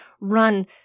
run